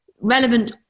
relevant